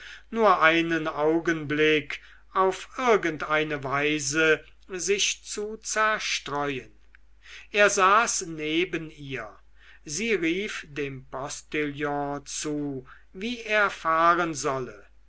nur einen augenblick auf irgendeine weise sich zu zerstreuen er saß neben ihr sie rief dem postillon zu wie er fahren solle